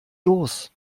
los